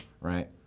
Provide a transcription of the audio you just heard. right